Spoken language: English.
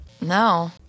No